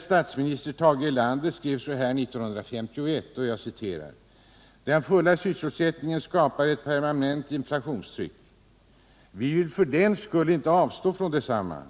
Statsminister Tage Erlander skrev så här 1951: ”Den fulla sysselsättningen skapar ett permanent inflationstryck. Vi vill för den skull inte avstå från densamma.”